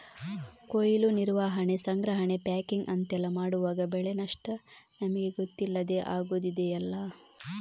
ಕೊಯ್ಲು, ನಿರ್ವಹಣೆ, ಸಂಗ್ರಹಣೆ, ಪ್ಯಾಕಿಂಗ್ ಅಂತೆಲ್ಲ ಮಾಡುವಾಗ ಬೆಳೆ ನಷ್ಟ ನಮಿಗೆ ಗೊತ್ತಿಲ್ಲದೇ ಆಗುದಿದೆಯಲ್ಲ